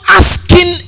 asking